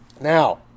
Now